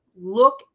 look